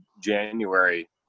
January